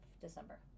December